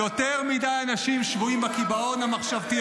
יותר מדי אנשים שבויים בקיבעון המחשבתי